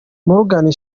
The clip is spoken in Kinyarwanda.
morgan